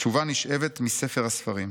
התשובה נשאבת מספר הספרים,